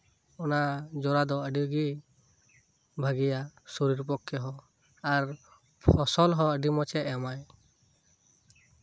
ᱚᱱᱟ ᱡᱚᱨᱟ ᱫᱚ ᱟᱹᱰᱤ ᱜᱮ ᱵᱷᱟᱹᱜᱤᱭᱟ ᱥᱚᱨᱤᱨ ᱯᱚᱠᱽᱠᱷᱮ ᱦᱚᱸ ᱟᱨ ᱯᱷᱚᱥᱚᱞ ᱦᱚᱸ ᱟᱹᱰᱤ ᱢᱚᱡᱽ ᱮ ᱮᱢᱟ